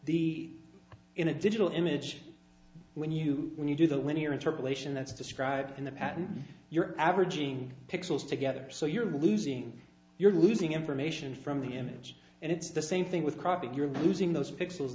the in a digital image when you when you do the linear interpolation that's described in the patent you're averaging pixels together so you're losing you're losing information from the image and it's the same thing with cropping you're losing those pixels